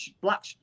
black